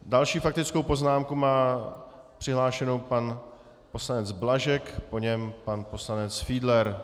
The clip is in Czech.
Další faktickou poznámku má přihlášenou pan poslanec Blažek, po něm pan poslanec Fiedler.